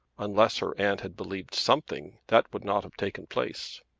unless her aunt had believed something that would not have taken place.